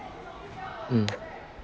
mm